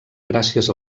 gràcies